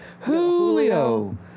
Julio